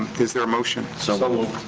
is there a motion? so moved.